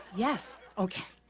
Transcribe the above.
yes. okay.